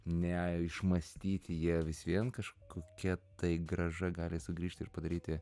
neišmąstyti jie vis vien kažkokia tai grąža gali sugrįžt ir padaryti